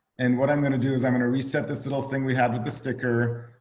and what i'm gonna do is i'm gonna reset this little thing, we have the sticker.